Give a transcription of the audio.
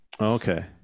Okay